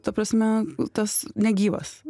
ta prasme tas negyvas